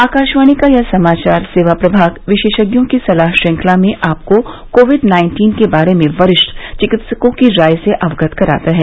आकाशवाणी का समाचार सेवा प्रभाग विशेषज्ञों की सलाह श्रृंखला में आपको कोविड नाइन्टीन के बारे में वरिष्ठ चिकित्सकों की राय से अवगत कराता है